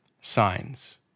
Signs